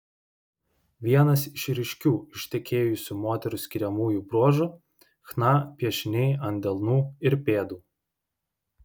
vienas iš ryškių ištekėjusių moterų skiriamųjų bruožų chna piešiniai ant delnų ir pėdų